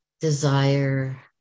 desire